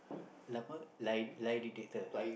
lie apa lie lie detector